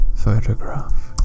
photograph